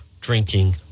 drinking